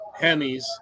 Hemis